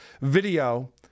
video